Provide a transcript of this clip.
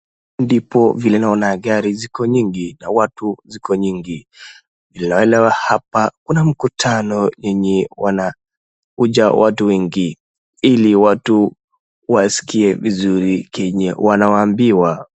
Ndipo vile naona gari ziko nyingi na watu ziko nyingi, ila hapa kuna mkutano yenye wanakuja watu wengi ili watu waskie vizuri kenye wanawaambiwa.